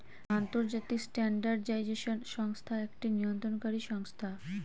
আন্তর্জাতিক স্ট্যান্ডার্ডাইজেশন সংস্থা একটি নিয়ন্ত্রণকারী সংস্থা